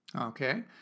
okay